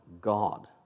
God